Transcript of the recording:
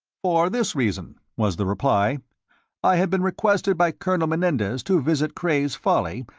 for this reason, was the reply i had been requested by colonel menendez to visit cray's folly,